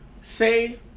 say